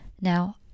Now